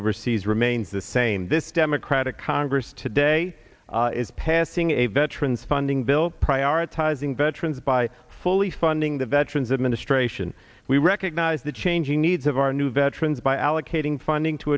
overseas remains the same this democratic congress today is passing a veterans funding bill prioritizing veterans by fully funding the veterans administration we recognize the changing needs of our new veterans by allocating funding to